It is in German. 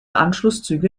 anschlusszüge